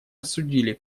осудили